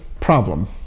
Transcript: problem